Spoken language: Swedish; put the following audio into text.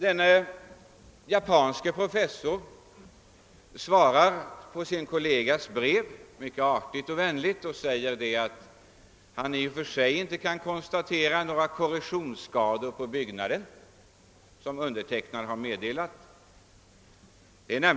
Den japanske professorn svarar på sin kollegas brev — mycket artigt och vänligt — och skriver att han i och för sig inte kan konstatera några sådana korrosionsskador på byggnaden som jag har påtalat.